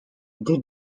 did